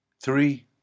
Three